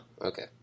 Okay